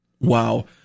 Wow